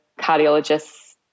cardiologists